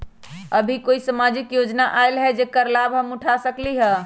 अभी कोई सामाजिक योजना आयल है जेकर लाभ हम उठा सकली ह?